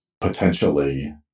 potentially